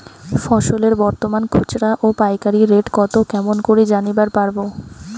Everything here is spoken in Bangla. ফসলের বর্তমান খুচরা ও পাইকারি রেট কতো কেমন করি জানিবার পারবো?